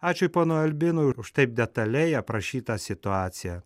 ačiū ponui albinui už taip detaliai aprašytą situaciją